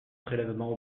prélèvements